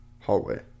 hallway